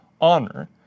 honor